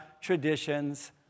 traditions